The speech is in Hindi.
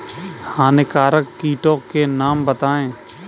हानिकारक कीटों के नाम बताएँ?